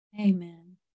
Amen